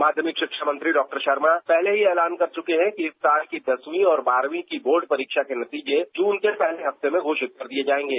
माध्यमिक शिक्षा मंत्री डॉ शर्मा पहले ही ऐलान कर च्रके हैं कि इस साल की दसवीं और बारहवीं की बोर्ड परीक्षा के नतीजे जून के पहले हफ्ते में घोषित कर दिये जाएंगे